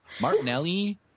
Martinelli